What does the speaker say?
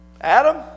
Adam